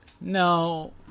No